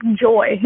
joy